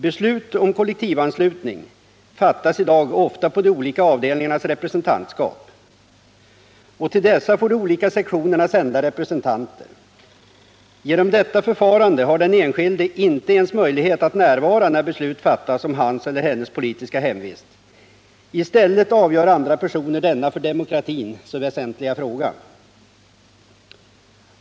Beslut om kollektivanslutning fattas i dag ofta på de olika avdelningarnas representantskap. Till dessa får de olika sektionerna sända representanter. Genom detta förfarande har den enskilde inte ens möjlighet att närvara när beslut fattas om hans eller hennes politiska hemvist. I stället avgör andra personer denna för demokratin så väsentliga fråga.